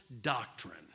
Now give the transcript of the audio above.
doctrine